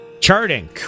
charting